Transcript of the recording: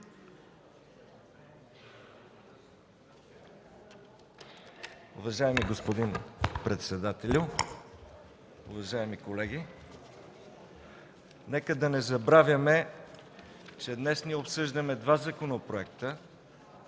Уважаеми господин председател, уважаеми колеги! Нека да не забравяме, че днес обсъждаме два законопроекта